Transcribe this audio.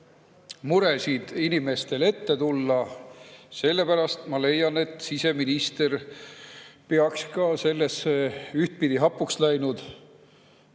muresid inimestel ette tulla. Sellepärast ma leian, et siseminister peaks ka sellesse ühtpidi hapuks läinud